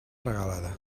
regalada